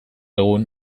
egun